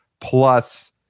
plus